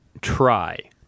try